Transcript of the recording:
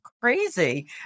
crazy